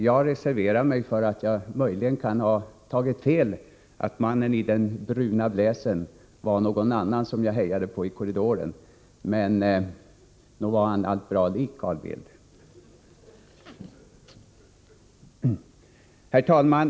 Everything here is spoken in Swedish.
Jag reserverar mig för att jag möjligen kan ha tagit fel, att mannen i den bruna blazern som jag hejade på i korridoren var någon annan — men nog var han allt bra lik Carl Bildt! Herr talman!